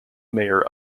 mayor